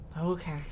Okay